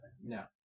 No